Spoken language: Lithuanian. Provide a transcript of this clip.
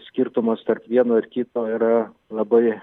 skirtumas tarp vieno ir kito yra labai